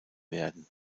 werden